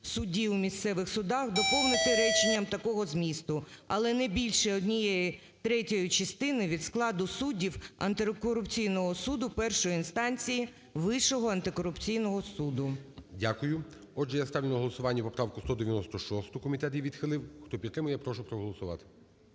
суддів у місцевих судах" доповнити реченням такого змісту: "але не більше однієї третьої частини від складу суддів антикорупційного суду першої інстанції Вищого антикорупційного суду". ГОЛОВУЮЧИЙ. Дякую. Отже, я ставлю на голосування поправку 196-у, комітет її відхилив. Хто підтримує, прошу проголосувати.